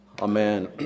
amen